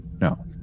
no